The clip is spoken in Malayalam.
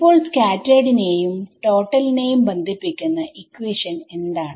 അപ്പോൾ സ്കാറ്റെർഡ്നെയുംടോട്ടൽ നെയും ബന്ധിപ്പിക്കുന്ന ഇക്വേഷൻ എന്താണ്